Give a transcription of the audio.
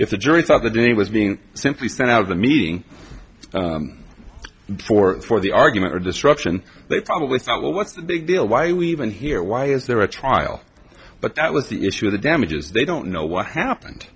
if the jury saw the day he was being simply sent out of the meeting before for the argument or destruction they probably thought well what's the big deal why we even here why is there a trial but that was the issue of the damages they don't know what happened